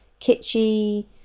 kitschy